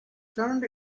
turned